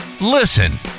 listen